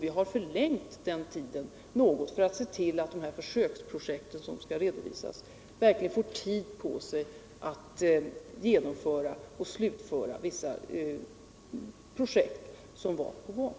Vi har förlängt den tiden något för att se till att man verkligen får tid på sig att genomföra och slutföra de försöksprojekt som skall redovisas.